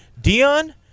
Dion